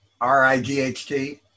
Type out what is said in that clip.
R-I-G-H-T